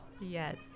yes